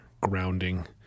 grounding